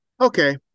Okay